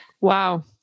Wow